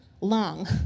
long